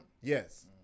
Yes